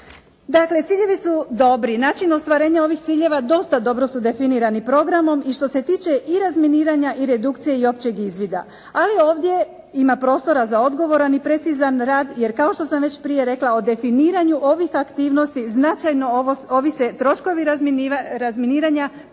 Dakle, ciljevi su dobri. Način ostvarenja ovih ciljeva dosta dobro su definirani programom i što se tiče i razminiranja i redukcije i općeg izvida. Ali ovdje ima prostora za odgovoran i precizan rad, jer kao što sam već prije rekla o definiranju ovih aktivnosti značajno ovise troškovi razminiranja pa